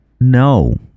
no